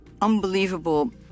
unbelievable